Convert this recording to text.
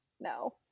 no